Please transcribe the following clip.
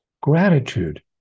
gratitude